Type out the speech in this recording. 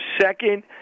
second